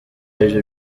aribyo